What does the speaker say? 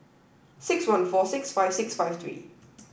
six one four six five six five three